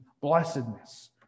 blessedness